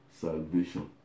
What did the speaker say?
Salvation